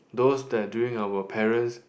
those that during our parent's